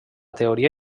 teoria